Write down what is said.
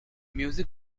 music